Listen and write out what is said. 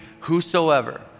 whosoever